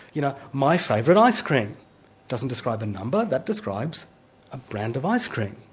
you know, my favourite ice cream doesn't describe a number, that describes a brand of ice cream.